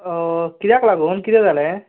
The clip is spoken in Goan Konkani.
कित्याक लागून कितें जालें